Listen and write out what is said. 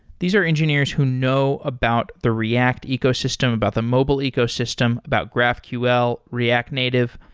these are engineers who know about the react ecosystem, about the mobile ecosystem, about graphql, react native.